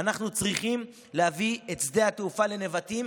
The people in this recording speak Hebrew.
אנחנו צריכים להביא את שדה התעופה לנבטים,